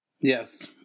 Yes